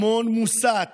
המון מוסת